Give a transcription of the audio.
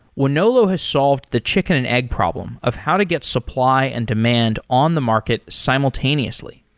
wonolo has solved the chicken and egg problem of how to get supply and demand on the market simultaneously.